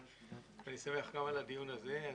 אני שמח גם על הדיון הזה.